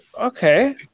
okay